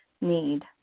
need